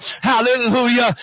Hallelujah